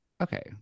Okay